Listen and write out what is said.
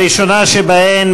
הראשונה שבהן,